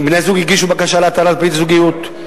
אם בני-הזוג הגישו בקשה להתרת ברית הזוגיות,